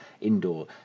indoor